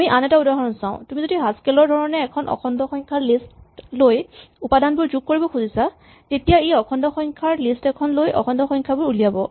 আমি আন এটা উদাহৰণ চাওঁ তুমি যদি হাচকেল ৰ ধৰণে এখন অখণ্ড সংখ্যাৰ লিষ্ট লৈ উপাদানবোৰ যোগ কৰিব খুজিছা তেতিয়া ই অখণ্ড সংখ্যাৰ লিষ্ট এখন লৈ অখণ্ড সংখ্যা উলিয়াব